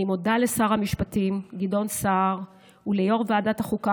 אני מודה לשר המשפטים גדעון סער וליו"ר ועדת החוקה